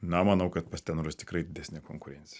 na manau kad pas tenorus tikrai didesnė konkurencija